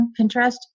Pinterest